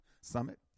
Summit